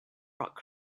rock